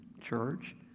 church